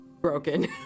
broken